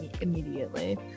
immediately